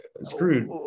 screwed